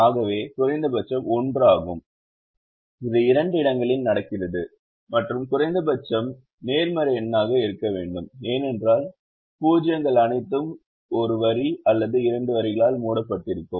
ஆகவே குறைந்தபட்சம் 1 ஆகும் இது இரண்டு இடங்களில் நடக்கிறது மற்றும் குறைந்தபட்சம் நேர்மறை எண்ணாக இருக்க வேண்டும் ஏனென்றால் 0 கள் அனைத்தும் ஒரு வரி அல்லது இரண்டு வரிகளால் மூடப்பட்டிருக்கும்